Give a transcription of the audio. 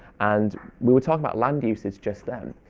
and we were talking about land uses just then.